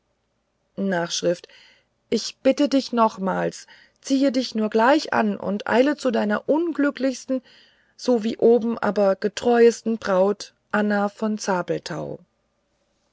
s ich bitte dich nochmals ziehe dich nur gleich an und eile zu deiner unglückseligsten so wie oben aber getreuesten braut anna von